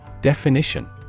Definition